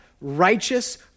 righteous